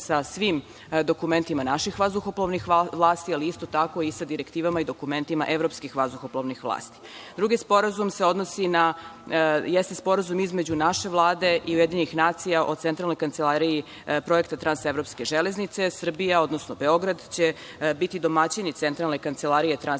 sa svim dokumentima naših vazduhoplovnih vlasti, ali isto tako sa direktivama i dokumentima evropskih vazduhoplovnih vlasti. Drugi sporazum jeste sporazum između naše vlade i UN o Centralnoj kancelariji projekta trans-evropske železnice. Srbija, odnosno Beograd će biti domaćin Centralne kancelarije Trans-evropske železnice.